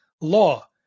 law